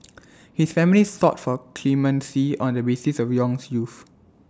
his family sought for clemency on the basis of Yong's youth